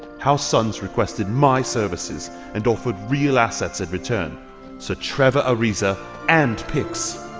house suns requested my services and offered real assets in return ser trevor ariza and picks!